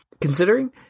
considering